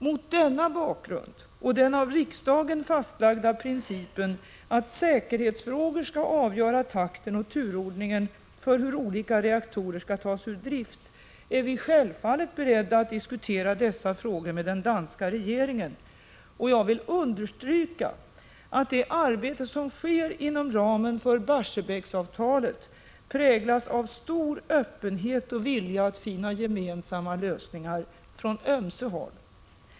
Mot bakgrund av detta och den av riksdagen fastlagda principen att säkerhetsfrågor skall avgöra takten och turordningen för hur olika reaktorer skall tas ur drift är vi självfallet beredda att diskutera dessa frågor med den danska regeringen. Jag vill understryka att det arbete som sker inom ramen för Barsebäcksavtalet präglas av stor öppenhet och vilja att finna gemensamma lösningar från ömse håll.